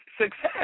success